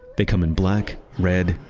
they come in black, red,